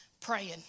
praying